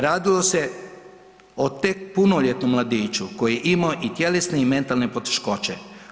Radilo se o tek punoljetnom mladiću koji je imao i tjelesne i mentalne poteškoće.